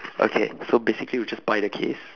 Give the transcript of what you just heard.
okay so basically we just buy the case